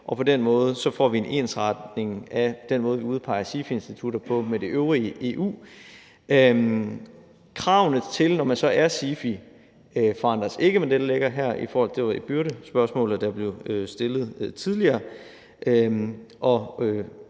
og på den måde får vi en ensretning af den måde, vi udpeger SIFI-institutter på, med det øvrige EU. Kravene til, når man så er SIFI, forandres ikke med det, der ligger her – det er i forhold til spørgsmålet om byrde, der blev stillet tidligere